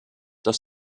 das